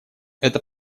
эта